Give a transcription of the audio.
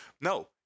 No